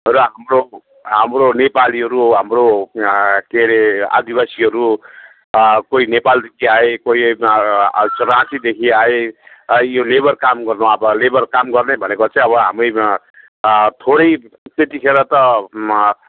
र हाम्रो हाम्रो नेपालीहरू हाम्रो के अरे आदिवासीहरू कोही नेपालदेखि आए कोही चरातीदेखि आए यो लेबर काम गर्नु अब लेबर काम गर्ने भनेको चाहिँ अब हामी थोरै त्यति खेर त